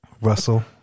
Russell